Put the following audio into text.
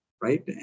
right